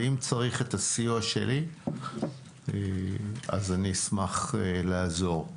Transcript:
ואם צריך את הסיוע שלי, אני אשמח לעזור.